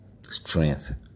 strength